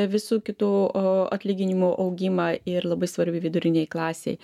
visų kitų atlyginimų augimą ir labai svarbi vidurinei klasei